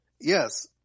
yes